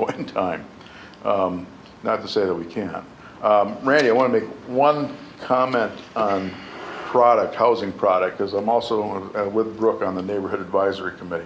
point in time not to say that we can't run you want to make one comment product housing product because i'm also on with brooke on the neighborhood advisory committee